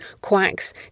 quacks